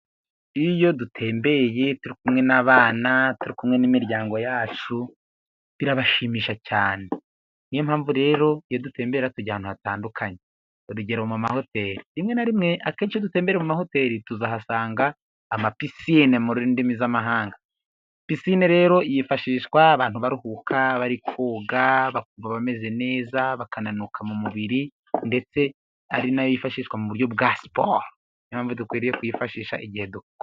Iyo dutembeye turi kumwe n'abana, turi kumwe n'imiryango yacu, birabashimisha cyane, niyo mpamvu rero, iyo dutembera tujya ahantu hatandukanye, urugero: mu ma hotel, rimwe na rimwe akenshi, iyo dutembera mu ma hotel, tuzahasanga amapisine, mu indimi z'mahanga ,picine rero yifashishwa, abantu baruhuka, bari koga, bakumva bameze neza, bakananuka mu mubiri, ndetse ari nayo yifashishwa mu buryo bwa sport, niyo mpamvu dukwiriye kuyifashisha, igihe cyose .